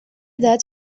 that